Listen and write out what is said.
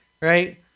right